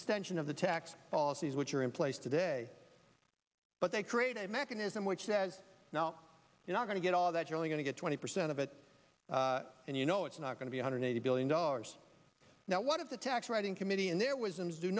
extension of the tax policies which are in place today but they create a mechanism which says now you're not going to get all that you're only going to get twenty percent of it and you know it's not going to be a hundred eighty billion dollars now one of the tax writing committee and there was a do